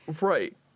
Right